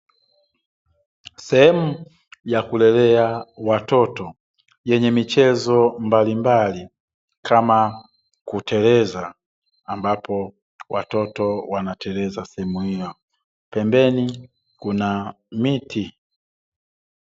Sehemu ya kulelea watoto yenye michezo mbalimbali, kama kuteleza ambapo watoto wanateleza sehemu hiyo pembeni kuna miti.